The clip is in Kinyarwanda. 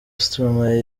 stromae